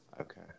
okay